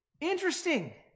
interesting